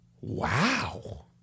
wow